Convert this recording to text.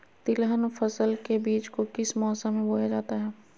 तिलहन फसल के बीज को किस मौसम में बोया जाता है?